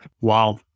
Wow